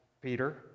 Peter